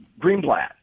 Greenblatt